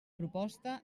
proposta